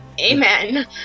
Amen